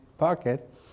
Pocket